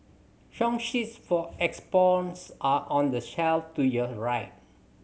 song sheets for are on the shelf to your right